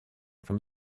from